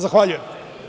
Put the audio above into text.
Zahvaljujem.